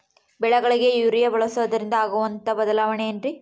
ಬೆಳೆಗಳಿಗೆ ಯೂರಿಯಾ ಬಳಸುವುದರಿಂದ ಆಗುವಂತಹ ಬದಲಾವಣೆ ಏನ್ರಿ?